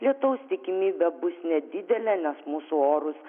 lietaus tikimybė bus nedidelė nes mūsų orus